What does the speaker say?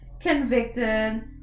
convicted